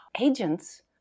agents